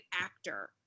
actor